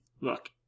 look